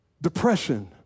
Depression